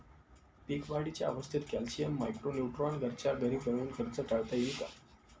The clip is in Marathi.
पीक वाढीच्या अवस्थेत कॅल्शियम, मायक्रो न्यूट्रॉन घरच्या घरी बनवून खर्च टाळता येईल का?